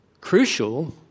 crucial